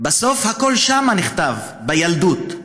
בסוף הכול נכתב שם, בילדות.